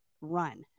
run